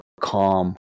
calm